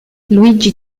luigi